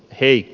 hei